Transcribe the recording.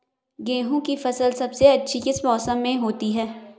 गेंहू की फसल सबसे अच्छी किस मौसम में होती है?